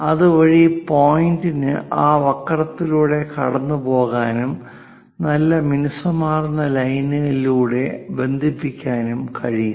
അതുവഴി പോയിന്റ് ആ വക്രത്തിലൂടെ കടന്നുപോകാനും നല്ല മിനുസമാർന്ന ലൈനിലൂടെ ബന്ധിപ്പിക്കാനും കഴിയും